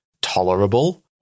tolerable